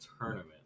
tournament